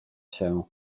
się